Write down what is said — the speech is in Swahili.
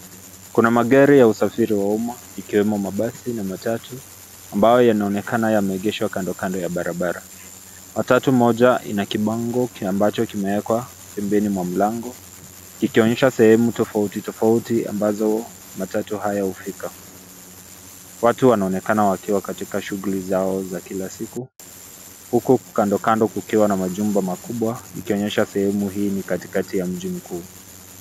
Kuna magari ya usafiri wa umma ikiwemo mabasi na matatu, ambayo yanaonekana yameegeshwa kando kando ya barabara. Matatu moja ina kibango ambacho kimewekwa pembeni mwa mlango kikionyesha sehemu tofauti tofauti ambazo matatu haya hufika. Watu wanaonekana wakiwa katika shughuli zao za kila siku, huku kando kando kukiwa na majumba makubwa ikionyesha sehemu hii ni katikati ya mji mkuu.